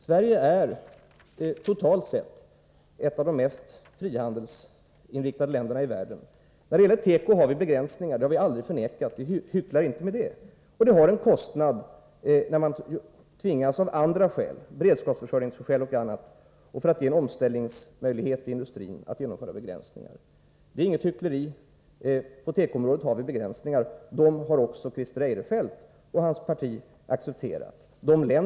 Sverige är totalt sett ett av de mest frihandelsinriktade länderna i världen, men när det gäller teko har vi begränsningar. Det har vi aldrig förnekat och vi hycklar inte med det. Men när man av beredskapsskäl och andra skäl, exempelvis att man skall kunna ge en omställningsmöjlighet i industrin, tvingas införa begränsningar har detta ett pris. Det är inget hyckleri från vår sida. Vi har begränsningar på tekoområdet, och dem har också Christer Eirefelt och hans parti accepterat.